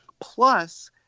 plus